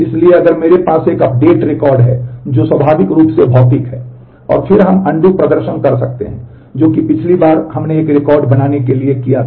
इसलिए अगर मेरे पास एक अपडेट रिकॉर्ड है जो स्वाभाविक रूप से भौतिक है और फिर हम अनडू प्रदर्शन कर सकते हैं जो कि पिछली बार हमने केवल एक रिकॉर्ड बनाने के लिए किया था